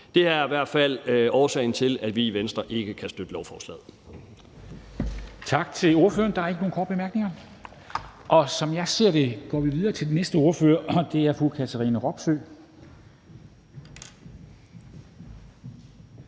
Det er i hvert fald årsagen til, at vi i Venstre ikke kan støtte lovforslaget.